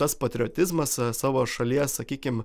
tas patriotizmas savo šalies sakykim